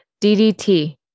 DDT